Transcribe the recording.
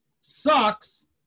sucks